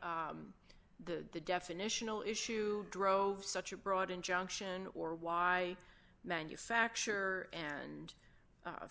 why the definitional issue drove such a broad injunction or why manufacture and